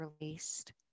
released